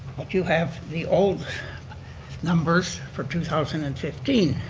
you have the old numbers for two thousand and fifteen,